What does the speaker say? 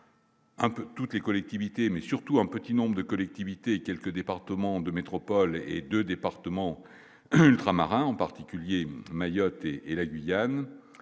toutes les collectivités mais surtout un petit nombre de collectivités quelques départements de métropole et 2 départements ultramarins en particulier Mayotte et la Guyane,